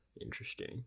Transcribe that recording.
Interesting